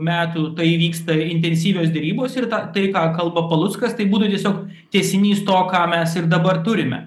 metų tai vyksta intensyvios derybos ir tą tai ką kalba paluckas tai būtų tiesiog tęsinys to ką mes ir dabar turime